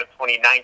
2019